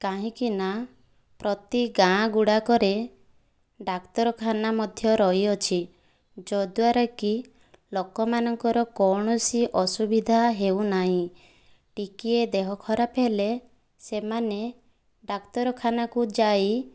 କାହିଁକିନା ପ୍ରତି ଗାଁ ଗୁଡ଼ାକରେ ଡାକ୍ତରଖାନା ମଧ୍ୟ ରହିଅଛି ଯଦ୍ୱାରାକି ଲୋକମାନଙ୍କର କୌଣସି ଅସୁବିଧା ହେଉନାହିଁ ଟିକିଏ ଦେହ ଖରାପ ହେଲେ ସେମାନେ ଡାକ୍ତରଖାନାକୁ ଯାଇ